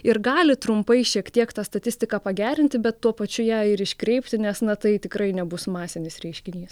ir gali trumpai šiek tiek tą statistiką pagerinti bet tuo pačiu ją ir iškreipti nes na tai tikrai nebus masinis reiškinys